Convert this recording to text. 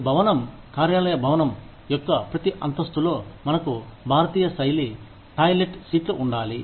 ప్రతి భవనం కార్యాలయ భవనం యొక్క ప్రతి అంతస్థులో మనకు భారతీయ శైలి టాయిలెట్ సీట్లు ఉండాలి